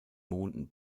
monden